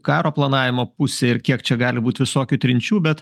karo planavimo pusę ir kiek čia gali būt visokių trinčių bet